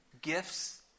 gifts